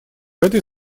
этой